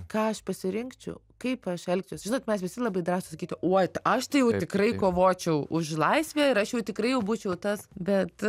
ką aš pasirinkčiau kaip aš elgčiausi žinot mes visi labai drąsūs sakyti oi aš tai jau tikrai kovočiau už laisvę ir aš jau tikrai jau būčiau tas bet